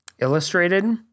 illustrated